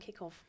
kickoff